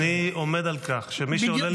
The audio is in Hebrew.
אני עומד על כך שמי שעולה להתנגד --- בדיוק,